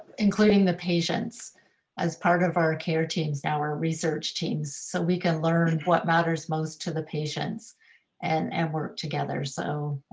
including the patients as part of our care teams, our research teams, so we can learn what matters most to the patients and and work together. so,